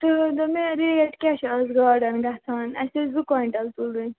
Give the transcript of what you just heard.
تُہۍ ؤنۍ تَو مےٚ ریٹ کیٛاہ چھِ اَز گاڈَن گژھان اَسہِ ٲس زٕ کۅنٛیٹٕل تُلٕنۍ